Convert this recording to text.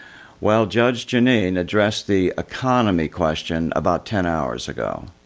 well, judge jeanine addressed the economy question about ten hours ago.